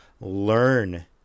learn